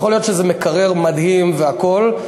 יכול להיות שזה מקרר מדהים והכול,